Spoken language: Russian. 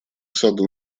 саду